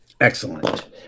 Excellent